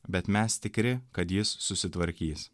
bet mes tikri kad jis susitvarkys